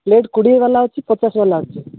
plate କୋଡ଼ିଏ ଵାଲା ଅଛି ପଚାଶ ଵାଲା ଅଛି